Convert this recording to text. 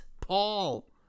Paul